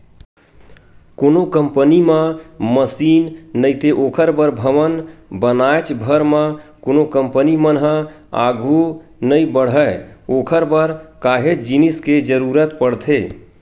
कोनो कंपनी म मसीन नइते ओखर बर भवन बनाएच भर म कोनो कंपनी मन ह आघू नइ बड़हय ओखर बर काहेच जिनिस के जरुरत पड़थे